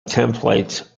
templates